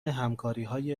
همکاریهای